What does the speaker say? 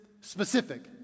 specific